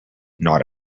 not